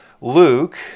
Luke